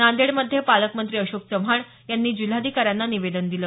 नांदेडमध्ये पालकमंत्री अशोक चव्हाण यांनी जिल्हाधिकाऱ्यांना निवेदन दिलं